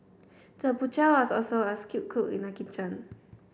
the butcher was also a skilled cook in the kitchen